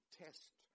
test